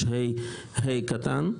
17(2)26ה(ה).